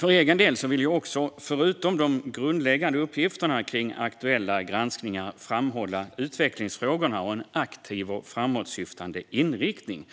För egen del vill jag förutom de grundläggande uppgifterna kring aktuella granskningar framhålla utvecklingsfrågorna och en aktiv och framåtsyftande inriktning.